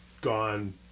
gone